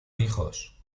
hijos